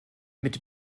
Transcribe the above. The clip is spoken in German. mit